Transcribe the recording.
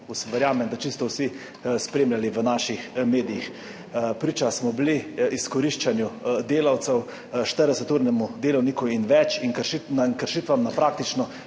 verjamem, da čisto vsi, spremljali v naših medijih. Priča smo bili izkoriščanju delavcev, več kot 40-urnemu delovniku in kršitvam na praktično